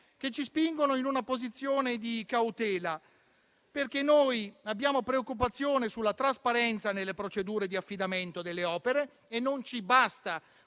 che ci spingono in una posizione di cautela. Siamo preoccupati della trasparenza nelle procedure di affidamento delle opere e non ci basta